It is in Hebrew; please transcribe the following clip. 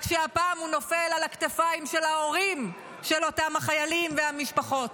רק שהפעם הוא נופל על הכתפיים של ההורים של אותם החיילים והמשפחות.